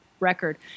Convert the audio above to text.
record